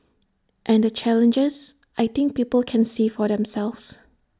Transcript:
and the challenges I think people can see for themselves